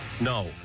No